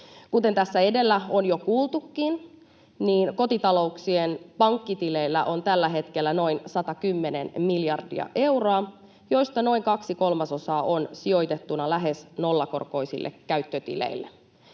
Kuten tässä edellä on jo kuultukin, niin kotitalouksien pankkitileillä on tällä hetkellä noin 110 miljardia euroa, joista noin kaksi kolmasosaa on sijoitettuna lähes nollakorkoisille käyttötileille.